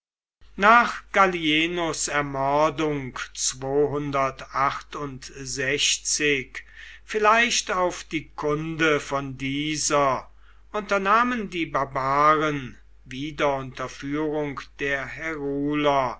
nach gallienus ermordung vielleicht auf die kunde von dieser unternahmen die barbaren wieder unter führung der